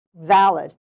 valid